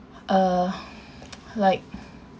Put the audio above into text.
uh like